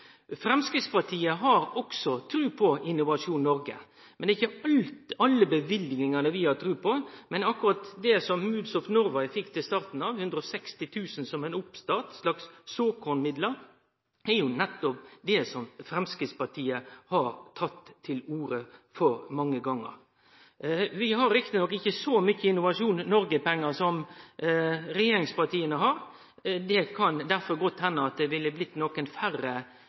Framstegspartiet har også tru på Innovasjon Norge, men det er ikkje alle løyvingane vi har tru på. Akkurat det som Moods of Norway fekk i starten – 160 000 kr som ein oppstart, såkalla såkornmidlar – er jo nettopp det som Framstegspartiet har tatt til orde for mange gonger. Vi har riktignok ikkje så mykje Innovasjon Norge-pengar som regjeringspartia, og det kan derfor godt hende at det hadde blitt nokre færre